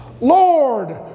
Lord